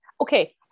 okay